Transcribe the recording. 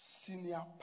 senior